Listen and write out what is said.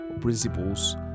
principles